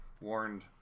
warned